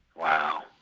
Wow